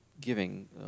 giving